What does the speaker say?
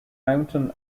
mountain